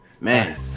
man